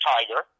Tiger